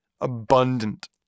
abundant